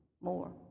more